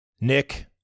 Nick